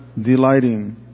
Delighting